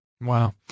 Wow